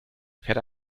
fährt